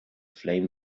flame